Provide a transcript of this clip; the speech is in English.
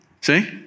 See